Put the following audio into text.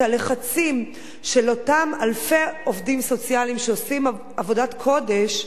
את הלחצים של אותם אלפי עובדים סוציאליים שעושים עבודת קודש,